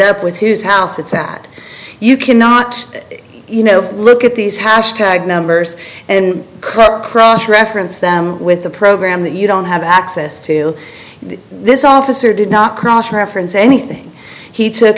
up with his house it's at you cannot you know look at these hash tag numbers and credit cross reference them with a program that you don't have access to this officer did not cross reference anything he took